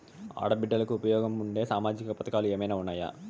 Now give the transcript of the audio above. ఆడ బిడ్డలకు ఉపయోగం ఉండే సామాజిక పథకాలు ఏమైనా ఉన్నాయా?